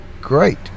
great